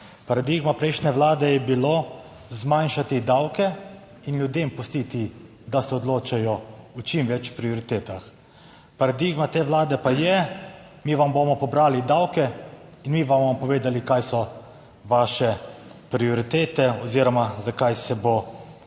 Paradigma prejšnje vlade je bilo zmanjšati davke in ljudem pustiti, da se odločajo o čim več prioritetah. Paradigma te vlade pa je mi vam bomo pobrali davke in mi vam bomo povedali, kaj so vaše prioritete oziroma zakaj se bo zapravljalo.